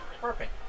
Perfect